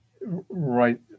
right